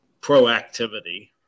proactivity